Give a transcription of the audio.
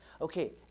Okay